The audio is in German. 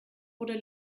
oder